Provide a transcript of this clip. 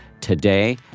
today